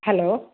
hello